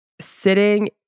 sitting